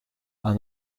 aan